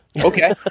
okay